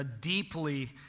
deeply